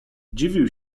dziwił